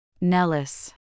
Nellis